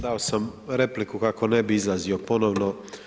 Dao sam repliku kako ne bih izlazio ponovno.